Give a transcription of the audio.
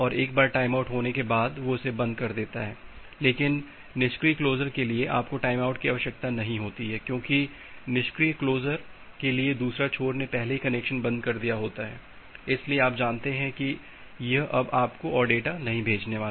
एक बार टाइमआउट होने के बाद वे इसे बंद कर देता है लेकिन निष्क्रिय क्लोज के लिए आपको टाइमआउट की आवश्यकता नहीं होती है क्योंकि निष्क्रिय क्लोज के लिए दूसरे छोर ने पहले ही कनेक्शन बंद कर दिया होता है इसलिए आप जानते हैं कि यह अब आपको और डेटा नहीं भेजने वाला है